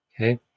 Okay